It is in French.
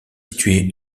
situé